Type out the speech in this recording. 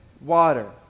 water